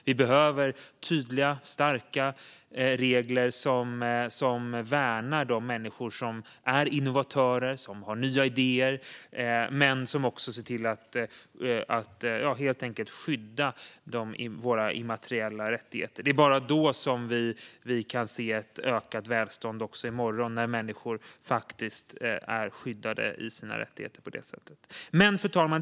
Vi behöver tydliga, starka regler som både värnar de människor som är innovatörer, som har nya idéer, och ser till att skydda våra immateriella rättigheter. Det är bara när människor faktiskt har sina rättigheter skyddade som vi kan se ett ökat välstånd också i morgon. Fru talman!